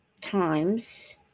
times